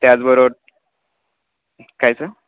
त्याचबरोबर काय सं